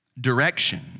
direction